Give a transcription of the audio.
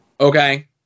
Okay